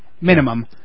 minimum